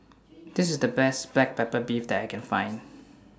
This IS The Best Black Pepper Beef that I Can Find